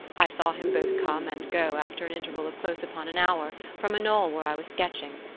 i saw him both come and go after an interval of close upon an hour, from a knoll where i was sketching,